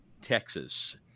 Texas